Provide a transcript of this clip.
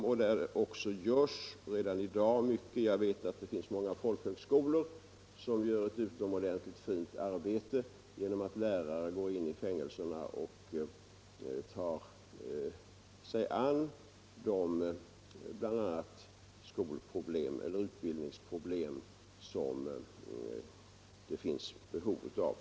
Och det görs redan i dag mycket. Det finns t.ex. många folkhögskolor som utför ett utomordentligt fint arbete genom att deras lärare går in i fängelserna och tar sig an de utbildningsproblem som förekommer.